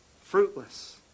fruitless